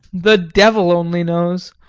the devil only knows.